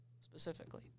specifically